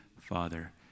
Father